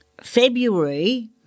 February